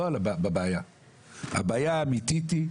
הבעיה האמיתית היא,